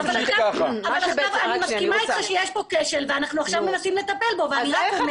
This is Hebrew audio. אני מסכימה אתך שיש פה כשל ואנחנו מנסים לטפל בו עכשיו.